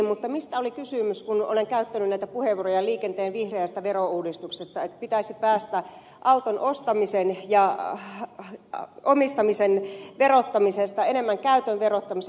mutta mistä on kysymys siinä kun olen käyttänyt näitä puheenvuoroja liikenteen vihreästä verouudistuksesta että pitäisi päästä auton ostamisen ja omistamisen verottamisesta enemmän käytön verottamiseen